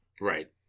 Right